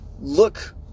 look